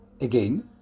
Again